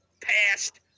passed